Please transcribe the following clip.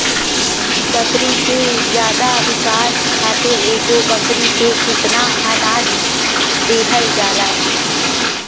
बकरी के ज्यादा विकास खातिर एगो बकरी पे कितना अनाज देहल जाला?